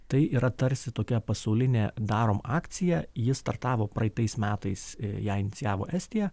tai yra tarsi tokia pasaulinė darom akcija ji startavo praeitais metais ją inicijavo estija